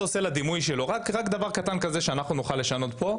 עושה לדימוי שלו רק דבר קטן כזה שאנחנו נוכל לשנות פה.